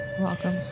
Welcome